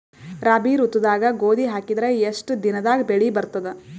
ರಾಬಿ ಋತುದಾಗ ಗೋಧಿ ಹಾಕಿದರ ಎಷ್ಟ ದಿನದಾಗ ಬೆಳಿ ಬರತದ?